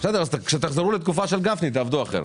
אז אולי נלך הביתה ונבוא במועד אחר.